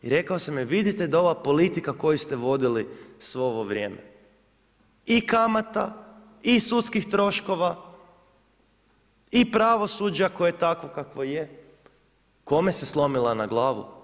I rekao sam joj, vidite da ova politika koju ste vodili svo ovo vrijeme i kamata i sudskih troškova i pravosuđa koje je takvo kakvo je, kome se slomila na glavu?